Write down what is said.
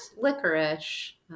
licorice